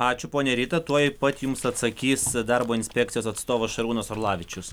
ačiū ponia rita tuoj pat jums atsakys darbo inspekcijos atstovas šarūnas orlavičius